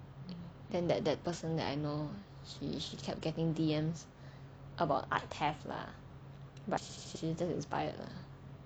then that that person that I know she she kept getting D_M about art theft lah but she's just inspired lah